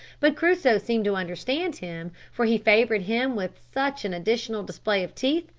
but crusoe seemed to understand him, for he favoured him with such an additional display of teeth,